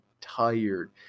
tired